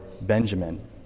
Benjamin